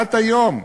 עד היום.